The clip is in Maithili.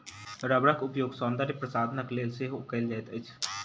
रबड़क उपयोग सौंदर्य प्रशाधनक लेल सेहो कयल जाइत अछि